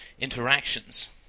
interactions